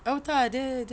oh tak dia dia